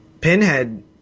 Pinhead